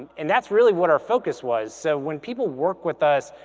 and that's really what our focus was. so when people work with us,